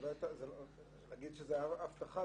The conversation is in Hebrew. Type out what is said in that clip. להגיד שזו הייתה הבטחה?